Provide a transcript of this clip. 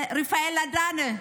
רפאל אדנה,